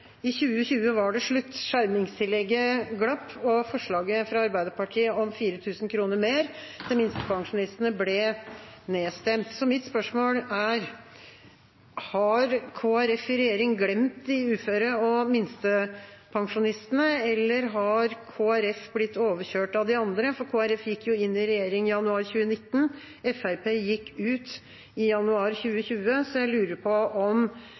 i 2020 var det slutt. Skjermingstillegget glapp, og forslaget fra Arbeiderpartiet om 4 000 kr mer til minstepensjonistene ble nedstemt. Så mitt spørsmål er: Har Kristelig Folkeparti i regjering glemt de uføre og minstepensjonistene, eller har Kristelig Folkeparti blitt overkjørt av de andre? Kristelig Folkeparti gikk jo inn i regjering i januar 2019, og Fremskrittspartiet gikk ut i januar 2020, så jeg lurer på om